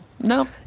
No